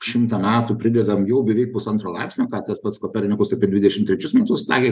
šimtą metų pridedam jau beveik pusantro laipsnio ką tas pats kopernikus apie dvidešim trečius metus sakė